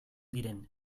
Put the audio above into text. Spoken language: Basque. diren